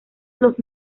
los